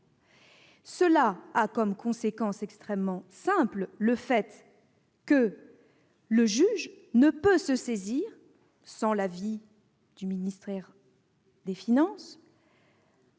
Cela a pour conséquence extrêmement simple que le juge ne peut se saisir, sans l'avis du ministère de l'économie